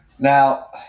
Now